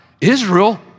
Israel